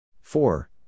Four